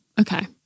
Okay